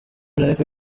jeannette